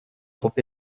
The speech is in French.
trop